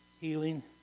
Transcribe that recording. healing